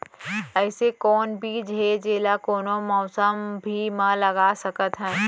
अइसे कौन बीज हे, जेला कोनो मौसम भी मा लगा सकत हन?